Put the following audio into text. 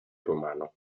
romano